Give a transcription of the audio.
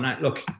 look